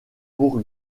pour